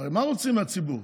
הרי מה רוצים בציבור?